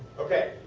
ok,